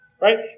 Right